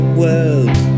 world